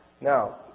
Now